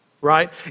right